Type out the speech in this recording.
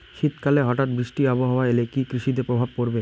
শীত কালে হঠাৎ বৃষ্টি আবহাওয়া এলে কি কৃষি তে প্রভাব পড়বে?